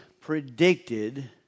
predicted